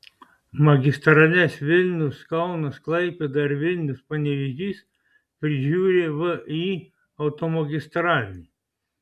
magistrales vilnius kaunas klaipėda ir vilnius panevėžys prižiūri vį automagistralė